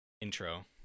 intro